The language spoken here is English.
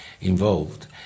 involved